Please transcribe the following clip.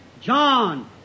John